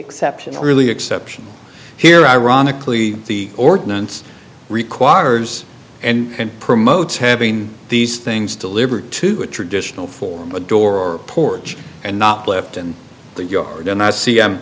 exceptional really exceptional here ironically the ordinance requires and promotes having these things deliberate to a traditional form a door or porch and not left in the yard and i see em